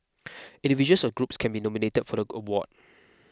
individuals or groups can be nominated for the go award